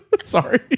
Sorry